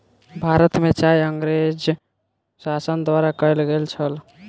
भारत में चाय अँगरेज़ शासन द्वारा कयल गेल छल